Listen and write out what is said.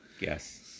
Yes